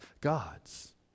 gods